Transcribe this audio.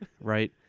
Right